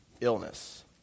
illness